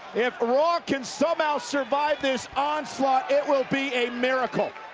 if raw can somehow survive this onslaught, it will be a miracle.